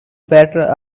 better